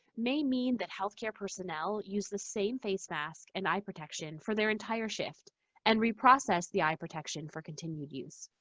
may mean that healthcare personnel use the same face mask and eye protection for their entire shift and reprocess the eye protection for continued use.